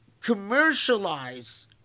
commercialize